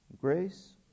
Grace